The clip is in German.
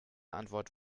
antwort